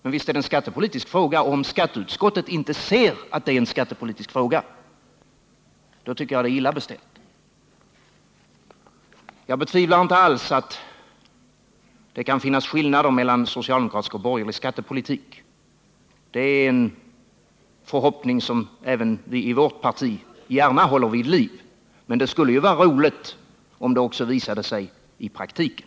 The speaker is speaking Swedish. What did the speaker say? Men visst är det en skattepolitisk fråga, och om skatteutskottet inte ser det, då tycker jag att det är illa beställt. Att det kan finnas skillnader mellan socialdemokratisk och borgerlig skattepolitik betvivlar jag inte alls. Det är en förhoppning som även vi i vårt parti gärna håller vid liv. Men det skulle ju vara roligt om det också visade sig i praktiken.